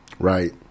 Right